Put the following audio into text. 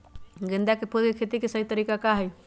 गेंदा के फूल के खेती के सही तरीका का हाई?